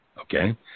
Okay